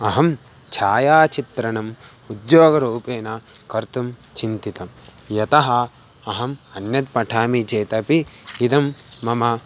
अहं छायाचित्रणम् उद्योगरूपेण कर्तुं चिन्तितं यतः अहम् अन्यत् पठामि चेत् अपि इदं मम